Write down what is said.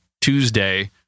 Tuesday